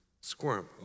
squirm